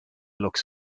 looks